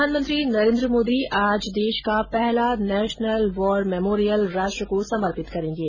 प्रधानमंत्री नरेन्द्र मोदी आज देश का पहला नेशनल वॉर मेमोरियल राष्ट्र को समर्पित करेंगे